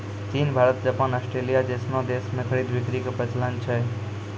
चीन Bharat Japan Australia जैसनो देश मे खरीद बिक्री के प्रचलन छै